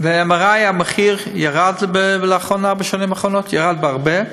ב-MRI המחיר ירד לאחרונה, בשנים האחרונות, בהרבה,